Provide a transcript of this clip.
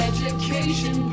Education